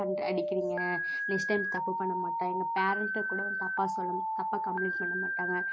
பண்ணுற அடிக்கிறீங்க next time தப்பு பண்ணமாட்டா எங்கள் பேரன்கிட்ட கூட தப்பாக சொல்ல தப்பாக கம்ப்ளைன்ட் பண்ணமாட்டாங்கள்